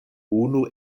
unu